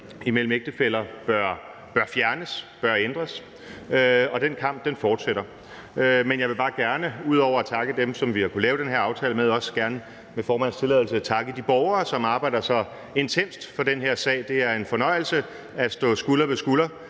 imellem ægtefæller bør fjernes, bør ændres, og den kamp fortsætter. Jeg vil bare gerne – ud over at takke dem, som vi har kunnet lave den her aftale med – også gerne med formandens tilladelse takke de borgere, som arbejder så intenst for den her sag. Det er en fornøjelse at stå skulder ved skulder